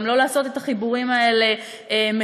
וגם לא לעשות את החיבורים האלה מכניים,